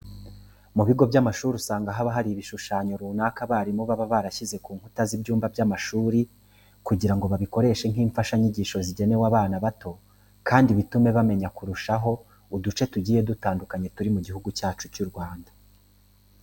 Mu bigo by'amashuri usanga haba hari ibishushanyo runaka abarimu baba barashyize ku nkuta z'ibyumba by'amashuri kugira ngo babikoreshe nk'imfashanyigisho zigenewe abana bato kandi bitume bamenya kurushaho uduce tugiye dutandukanye turi mu gihugu cyacu cy'u Rwanda.